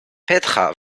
petra